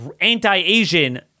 anti-Asian